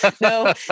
no